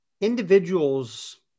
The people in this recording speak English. individuals